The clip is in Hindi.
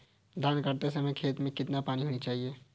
धान गाड़ते समय खेत में कितना पानी होना चाहिए?